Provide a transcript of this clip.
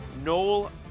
Noel